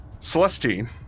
Celestine